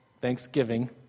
Thanksgiving